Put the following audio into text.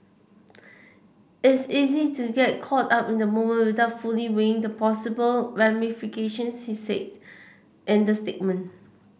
is easy to get caught up in the moment without fully weighing the possible ramifications he said in the statement